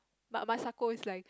but Masako is like